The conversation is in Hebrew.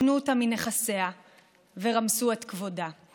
רוקנו אותה מנכסיה ורמסו את כבודה.